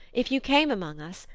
if you came among us,